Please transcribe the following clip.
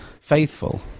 faithful